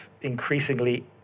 increasingly